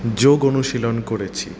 যোগ অনুশীলন করেছি